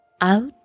out